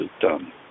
done